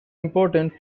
important